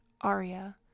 Arya